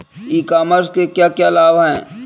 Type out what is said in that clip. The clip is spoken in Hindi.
ई कॉमर्स के क्या क्या लाभ हैं?